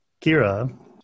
Kira